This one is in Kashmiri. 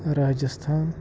راجٕستھان